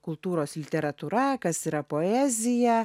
kultūros literatūra kas yra poezija